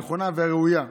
הנכונה והראויה.